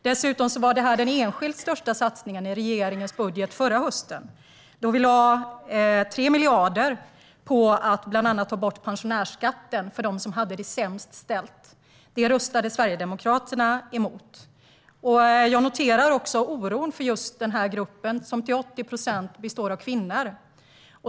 Dessutom var den enskilt största satsningen i regeringens budget förra hösten att vi lade 3 miljarder på att bland annat ta bort pensionärsskatten för dem som hade det sämst ställt. Det röstade Sverigedemokraterna emot. Jag noterar också oron för just den här gruppen, som till 80 procent består av kvinnor.